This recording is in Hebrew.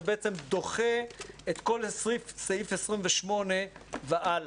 זה דוחה את כל סעיף 28 והלאה.